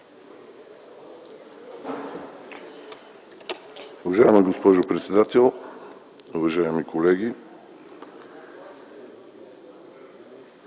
Уважаема госпожо председател, уважаеми народни